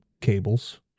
cables